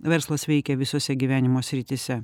verslas veikia visose gyvenimo srityse